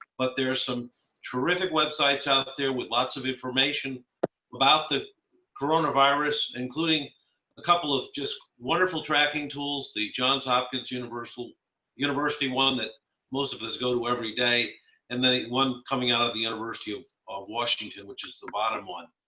but there's some terrific websites out there with lots of information about the coronavirus including a couple of just wonderful wonderful tracking tools the johns hopkins university university one that most of us go to every day and then one coming out of the university of of washington, which is the bottom one.